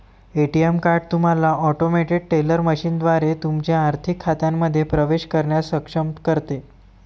ATM card तुम्हाला automated teller मशीनद्वारे तुमच्या आर्थिक खात्यांमध्ये प्रवेश करण्यास सक्षम करते